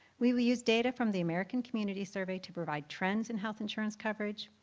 we will use data from the american community survey to provide trends in health insurance coverage,